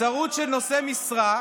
נבצרות של נושא משרה,